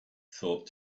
thought